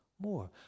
more